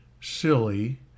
silly